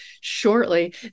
shortly